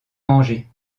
manger